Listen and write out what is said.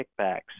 kickbacks